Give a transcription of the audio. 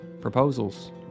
proposals